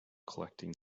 collecting